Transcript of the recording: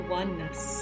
oneness